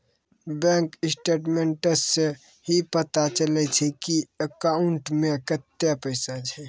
bank statements सं ही पता चलै छै की अकाउंटो मे कतै पैसा छै